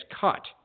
cut